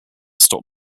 stop